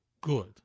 good